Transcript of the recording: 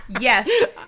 Yes